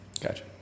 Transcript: Gotcha